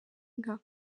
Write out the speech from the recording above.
inka